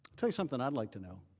tell you something i would like to know.